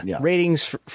ratings